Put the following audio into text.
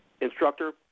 instructor